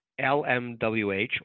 LMWH